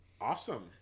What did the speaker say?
Awesome